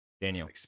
Daniel